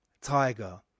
tiger